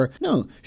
no